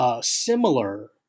similar